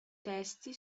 testi